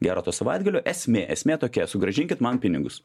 gero to savaitgalio esmė esmė tokia sugrąžinkit man pinigus